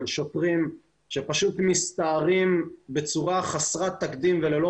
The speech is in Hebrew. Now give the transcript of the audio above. של שוטרים שפשוט מסתערים בצורה חסרת תקדים וללא